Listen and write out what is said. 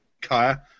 Kaya